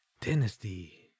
dynasty